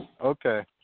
okay